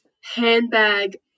handbag